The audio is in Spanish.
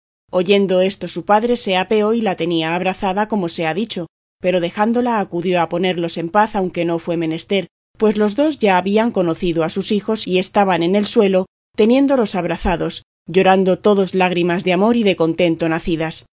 oyendo esto su padre se apeó y la tenía abrazada como se ha dicho pero dejándola acudió a ponerlos en paz aunque no fue menester pues ya los dos habían conocido a sus hijos y estaban en el suelo teniéndolos abrazados llorando todos lágrimas de amor y de contento nacidas